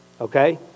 okay